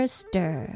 stir